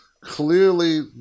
clearly